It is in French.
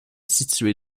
situé